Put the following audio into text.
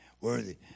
worthy